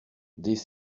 des